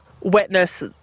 wetness